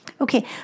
Okay